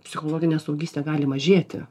psichologinė suaugystė gali mažėti